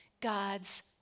God's